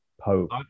Pope